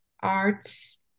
arts